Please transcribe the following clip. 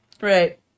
Right